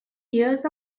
years